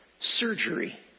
surgery